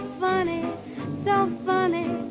funny, so funny,